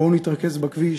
בואו נתרכז בכביש,